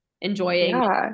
enjoying